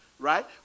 Right